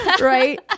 right